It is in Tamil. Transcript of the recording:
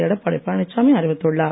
எடப்பாடி பழனிச்சாமி அறிவித்துள்ளார்